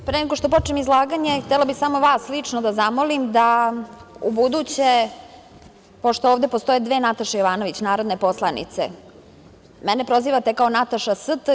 Pre nego što počnem izlaganje, htela bih samo vas lično da zamolim da ubuduće, pošto ovde postoje dve Nataše Jovanović, narodne poslanice, mene prozivate kao Nataša St.